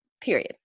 Period